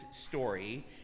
story